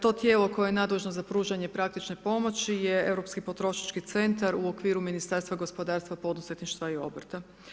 To tijelo koje je nadležno za pružanje praktičke pomoći je Europski potrošački centar u okviru Ministarstva gospodarstva poduzetništva i obrta.